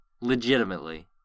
Legitimately